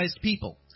people